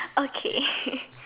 okay